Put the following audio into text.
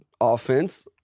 offense